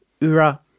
Ura